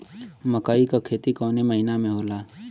मकई क खेती कवने महीना में होला?